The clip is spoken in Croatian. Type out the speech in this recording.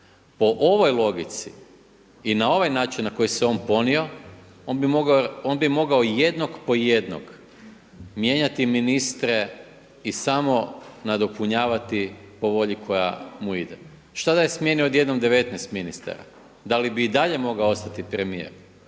Po ovoj logici i na ovaj način na koji se on ponio, on bi mogao jednog po jednog mijenjati ministre i samo nadopunjavati po volji koja mu ide. Šta da je smijenio od jednom 19 ministara, da li bi i dalje mogao ostati premijer?